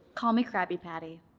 call me krabby patty.